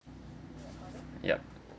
yup